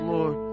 Lord